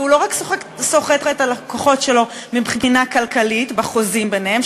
והוא לא רק סוחט את הלקוחות שלו מבחינה כלכלית בחוזים ביניהם,